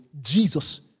Jesus